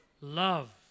love